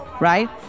right